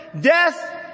Death